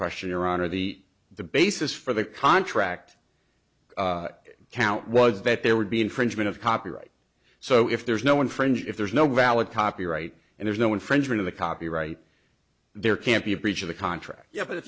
question iran or the the basis for the contract count was that there would be infringement of copyright so if there's no infringe if there's no valid copyright and there's no infringement of the copyright there can't be a breach of the contract y